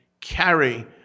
carry